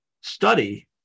study